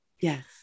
Yes